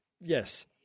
Yes